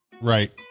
Right